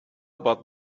about